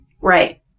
Right